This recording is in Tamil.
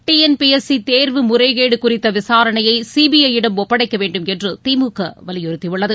D N P S C தேர்வு முறைகேடு குறித்த விசாரணையை சிபிஐயிடம் ஒப்படைக்க வேண்டுமென்று திமுக வலியுறுத்தியுள்ளது